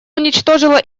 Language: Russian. уничтожило